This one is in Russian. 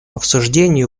обсуждению